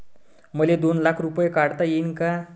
मले दोन लाख रूपे काढता येईन काय?